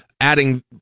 adding